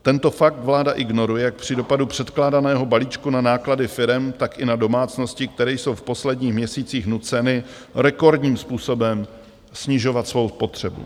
Tento fakt vláda ignoruje jak při dopadu předkládaného balíčku na náklady firem, tak i na domácnosti, které jsou v posledních měsících nuceny rekordním způsobem snižovat svou spotřebu.